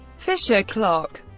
fischer clock